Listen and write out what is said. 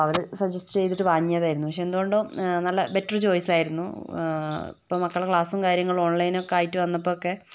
അവള് സജസ്റ്റ് ചെയ്തിട്ട് വാങ്ങിയതായിരുന്നു പക്ഷേ എന്തുകൊണ്ടോ നല്ല ബെറ്റർ ചോയ്സ് ആയിരുന്നു ഇപ്പോൾ മക്കളുടെ ക്ലാസും കാര്യങ്ങളും ഓൺലൈൻ ആയിട്ട് വന്നപ്പോഴൊക്കെ